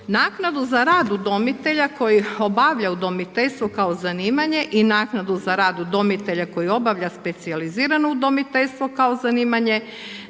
Naknadu za rad udomitelja, koji obavlja udomiteljstvo kao zanimanje i naknadu za rad udomitelja koji obavlja specijalizirano udomiteljstvo kao zanimanje,